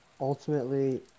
Ultimately